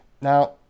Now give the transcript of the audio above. Now